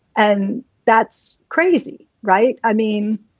and that's crazy, right? i mean.